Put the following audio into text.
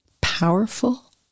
powerful